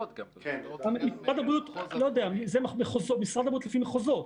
משרד הבריאות עובד לפי מחוזות.